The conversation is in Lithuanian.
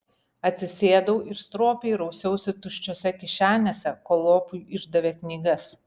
atsisėdau ir stropiai rausiausi tuščiose kišenėse kol lopui išdavė knygas